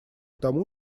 тому